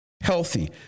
healthy